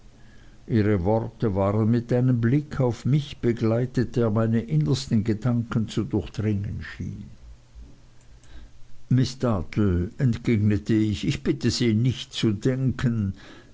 ihre worte waren mit einem blick auf mich begleitet der meine innersten gedanken zu durchdringen schien miß dartle entgegnete ich ich bitte sie nicht zu denken